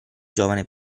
giovane